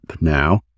now